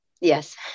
Yes